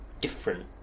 different